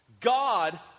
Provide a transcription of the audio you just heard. God